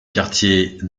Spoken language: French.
quartiers